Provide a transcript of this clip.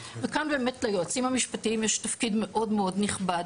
וכאן באמת ליועצים המשפטיים יש תפקיד מאוד מאוד נכבד.